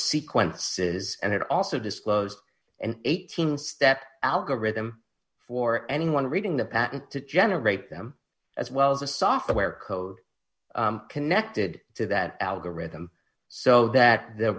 sequences and it also disclosed and eighteen step algorithm for anyone reading the patent to generate them as well as a software code connected to that algorithm so that the